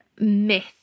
myth